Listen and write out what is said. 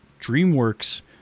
DreamWorks